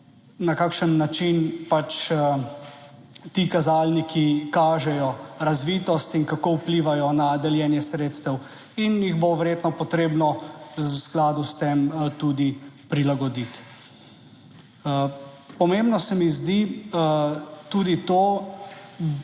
na kakšen način pač ti kazalniki kažejo razvitost in kako vplivajo na deljenje sredstev in jih bo verjetno potrebno v skladu s tem tudi prilagoditi. Pomembno se mi zdi tudi to,